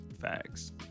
Facts